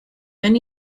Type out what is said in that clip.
then